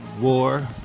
war